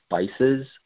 spices